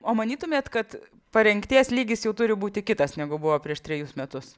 o manytumėt kad parengties lygis jau turi būti kitas negu buvo prieš trejus metus